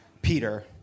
Peter